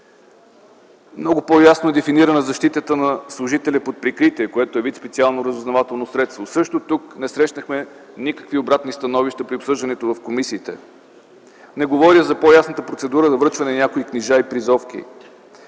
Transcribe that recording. Много по-ясно е дефинирана защитата на служителя под прикритие, което е вид специално разузнавателно средство. Тук също не срещнахме никакви обратни становища при обсъждането в комисиите. Не говоря за по-ясната процедура за връчване на някои книжа и призовки.